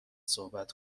صحبت